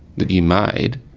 that you made